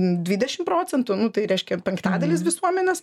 dvidešim procentų nu tai reiškia penktadalis visuomenės